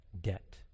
debt